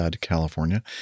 California